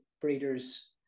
breeders